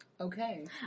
Okay